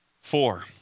four